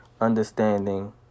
understanding